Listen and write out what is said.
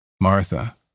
Martha